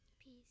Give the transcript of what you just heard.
Peace